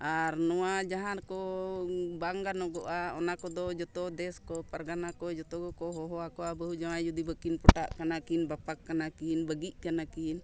ᱟᱨ ᱱᱚᱣᱟ ᱠᱚ ᱵᱟᱝ ᱜᱚᱱᱚᱜᱚᱼᱟ ᱚᱱᱟ ᱠᱚᱫᱚ ᱡᱚᱛᱚ ᱫᱮᱥ ᱠᱚ ᱯᱟᱨᱜᱟᱱᱟ ᱠᱚ ᱡᱚᱛᱚ ᱠᱚ ᱠᱚ ᱦᱚᱦᱚ ᱟᱠᱚᱣᱟ ᱵᱟᱹᱦᱩ ᱡᱟᱶᱟᱭ ᱡᱩᱫᱤ ᱵᱟᱹᱠᱤᱱ ᱯᱚᱴᱟᱜ ᱠᱟᱱᱟ ᱠᱤᱱ ᱵᱟᱯᱟᱜ ᱠᱟᱱᱟ ᱠᱤᱱ ᱵᱟᱹᱜᱤᱜ ᱠᱟᱱᱟ ᱠᱤᱱ